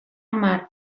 hamar